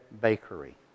bakery